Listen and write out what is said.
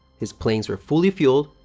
his planes were fully fueled,